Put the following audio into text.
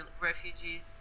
refugees